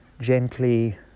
gently